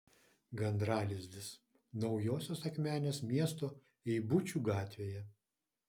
gandralizdis naujosios akmenės miesto eibučių gatvėje